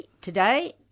today